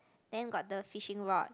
then got the fishing rod